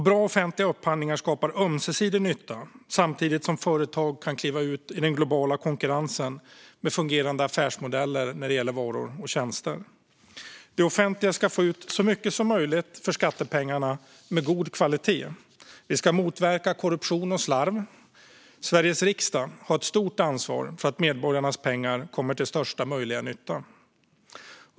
Bra offentliga upphandlingar skapar ömsesidig nytta samtidigt som företag kan kliva ut i den globala konkurrensen med fungerande affärsmodeller när det gäller varor och tjänster. Det offentliga ska få ut så mycket som möjligt för skattepengarna med god kvalitet. Vi ska motverka korruption och slarv. Sveriges riksdag har ett stort ansvar för att medborgarnas pengar kommer till största möjliga nytta.